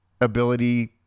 ability